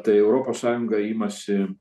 tai europos sąjunga imasi